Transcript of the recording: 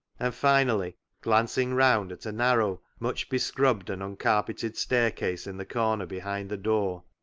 and finally glancing round at a narrow, much bescrubbed and uncarpeted staircase in the corner behind the door,